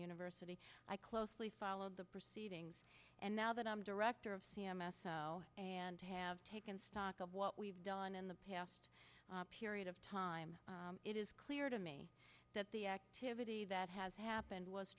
university i closely followed the proceedings and now that i'm director of c m s and have taken stock of what we've done in the past period of time it is clear to me that the activity that has happened was